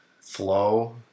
flow